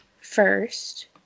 first